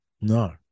No